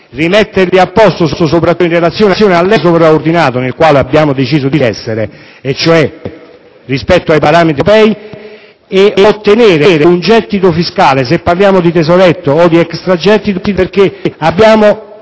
soprattutto in relazione all'ente sovraordinato nel quale abbiamo deciso di essere, cioè rispetto ai parametri europei, ed ottenere un gettito fiscale. Se parliamo di tesoretto o di extragettito è perché probabilmente